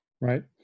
right